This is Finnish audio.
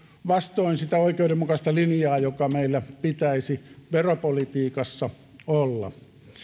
vastoin sitä oikeudenmukaista linjaa joka meillä pitäisi veropolitiikassa olla